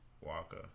Walker